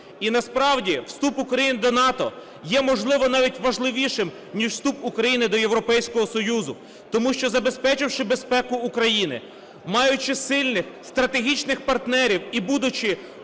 І насправді вступ України до НАТО є, можливо, навіть важливішим, ніж вступ України до Європейського Союзу. Тому що, забезпечивши безпеку України, маючи сильних стратегічних партнерів і будучи